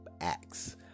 acts